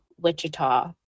Wichita